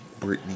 Britney